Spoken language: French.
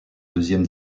deuxième